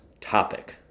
topic